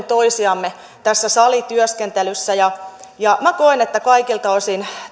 toisiamme tässä salityöskentelyssä minä koen että kaikilta osin